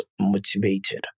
motivated